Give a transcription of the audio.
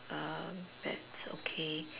um bat okay